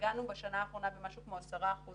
נגענו בשנה האחרונה במשהו כמו 10%